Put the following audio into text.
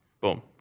boom